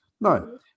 No